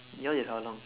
yours is how long